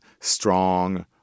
strong